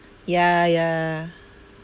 yeah yeah